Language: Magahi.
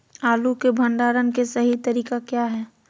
आलू के भंडारण के सही तरीका क्या है?